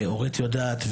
אורית יודעת,